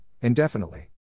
indefinitely